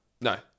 No